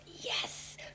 yes